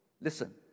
listen